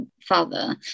father